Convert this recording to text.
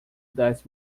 das